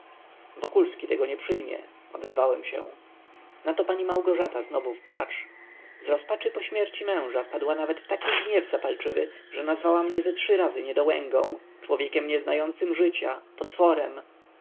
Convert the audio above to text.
śniadania wokulski tego nie przyjmie odezwałem się na to pani małgorzata znowu w płacz z rozpaczy po śmierci męża wpadła nawet w taki gniew zapalczywy że nazwała mnie ze trzy razy niedołęgą człowiekiem nieznającym życia potworem